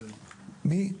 מי?